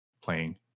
playing